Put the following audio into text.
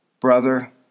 brother